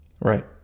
Right